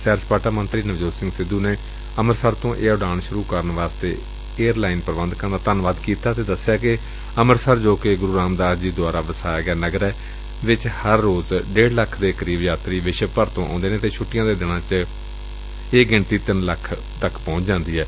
ਸੈਰ ਸਪਾਟਾ ਮੰਤਰੀ ਨਵਜੋਤ ਸਿੰਘ ਸਿੱਧੂ ਨੇ ਔਮ੍ਤਿਤਸਰ ਤੋਂ ਇਹ ਉਡਾਨ ਸ਼ੁਰੂ ਕਰਨ ਵਾਸਤੇ ਏਅਰ ਲਾਈਨ ਪੂਬੰਧਕਾ ਦਾ ਧੰਨਵਾਦ ਕੀਤਾ ਅਤੇ ਦੱਸਿਆ ਕਿ ਅੰਮਿਤਸਰ ਜੋ ਕਿ ਗੁਰੁ ਰਾਮ ਦਾਸ ਜੀ ਦੁਆਰਾ ਵਸਾਇਆ ਗਿਆ ਨਗਰ ਏ ਵਿਚ ਹਰ ਰੋਜ਼ ਡੇਢ ਲੱਖ ਦੇ ਕਰੀਬ ਯਾਤਰੀ ਵਿਸ਼ਵ ਭਰ ਵਿਚੋਂ ਆਉਂਦੇ ਨੇ ਅਤੇ ਛੁੱਟੀਆਂ ਤੇ ਤਿਉਹਾਰਾਂ ਦੇ ਦਿਨਾਂ ਵਿਚ ਇਹ ਗਿਣਤੀ ਤਿੰਨ ਲੱਖ ਨੂੰ ਪਹੁੰਚ ਜਾਂਦੀ ਏ